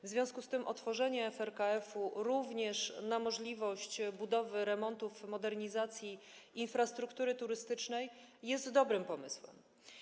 W związku z tym otworzenie FRKF-u również na możliwość budowy, remontów i modernizacji infrastruktury turystycznej jest dobrym pomysłem.